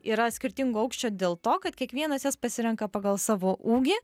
yra skirtingo aukščio dėl to kad kiekvienas jas pasirenka pagal savo ūgį